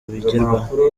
bigerweho